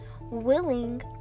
willing